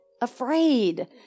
Afraid